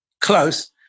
close